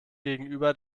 gegenüber